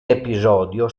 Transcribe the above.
episodio